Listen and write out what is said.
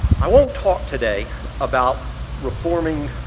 i won't talk today about reforming